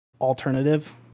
alternative